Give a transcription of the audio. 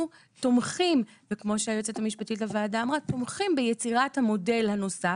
תומכים וכמו שהיועצת המשפטית לוועדה אמרה ביצירת המודל הנוסף